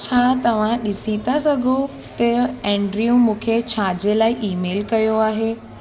छा तव्हां ॾिसी था सघो त एंड्रयू मूंखे छाजे लाइ ईमेल कयो आहे